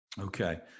Okay